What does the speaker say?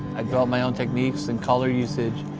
i developed my own techniques and color usage,